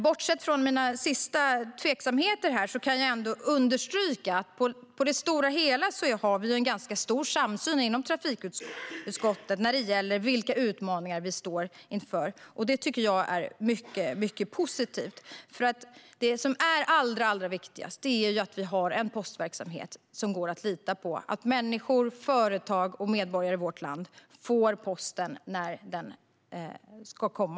Bortsett från mina sista tvivel kan jag ändå understryka att vi på det stora hela har en ganska stor samsyn inom trafikutskottet när det gäller vilka utmaningar vi står inför. Det tycker jag är mycket positivt, för det som är allra viktigast är att vi har en postverksamhet som går att lita på - att människor och företag i vårt land får posten när den ska komma.